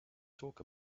talk